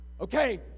Okay